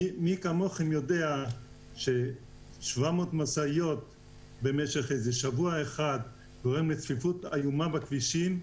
מי כמוכם יודע ש-700 משאיות במשך שבוע גורמות לצפיפות איומה בכבישים,